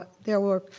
there were,